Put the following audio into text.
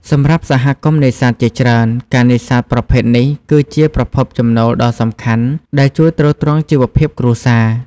សម្រាប់សហគមន៍នេសាទជាច្រើន ការនេសាទប្រភេទនេះគឺជា ប្រភពចំណូលដ៏សំខាន់ ដែលជួយទ្រទ្រង់ជីវភាពគ្រួសារ។